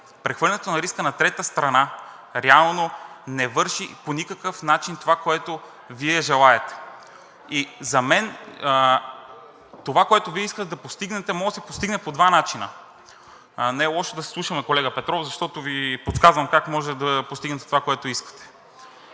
Прехвърлянето на риска на трета страна реално не върши по никакъв начин това, което Вие желаете. За мен това, което Вие искате да постигнете, може да се постигне по два начина. (Шум от ВЪЗРАЖДАНЕ.) Не е лошо да се слушаме, колега Петров, защото Ви подсказвам как можете да постигнете това, което искате.